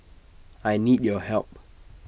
I need your help